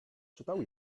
czytał